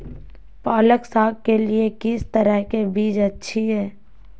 पालक साग के लिए किस तरह के बीज अच्छी है?